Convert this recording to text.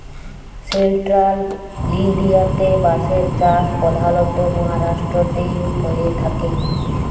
central ইলডিয়াতে বাঁশের চাষ পধালত মাহারাষ্ট্রতেই হঁয়ে থ্যাকে